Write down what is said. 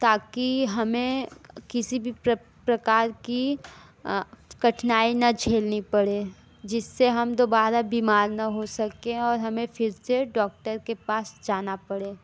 ताकि हमें किसी भी प्रकार की कठिनाई न झेलनी पड़े जिससे हम दोबारा बीमार न हो सकें और हमें फिर से डॉक्टर के पास जाना पड़े